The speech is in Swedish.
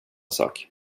sak